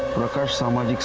prakash